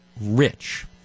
rich